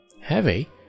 Heavy